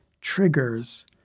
triggers